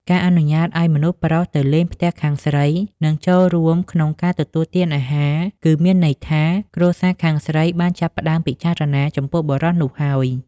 ការអនុញ្ញាតឲ្យមនុស្សប្រុសទៅលេងផ្ទះខាងស្រី និងចូលរួមក្នុងការទទួលទានអាហារ គឺមានន័យថា គ្រួសារខាងស្រីបានចាប់ផ្តើមពិចារណាចំពោះបុរសនោះហើយ។